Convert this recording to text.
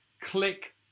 Click